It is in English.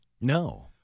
No